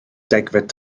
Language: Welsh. degfed